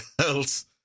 else